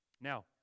Now